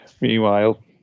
meanwhile